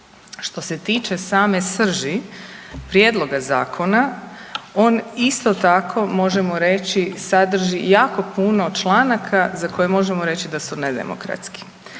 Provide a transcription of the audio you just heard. Što se tiče same srži prijedloga zakona on isto tako možemo reći sadrži jako puno članaka za koje možemo reći da su nedemokratski.